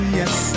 yes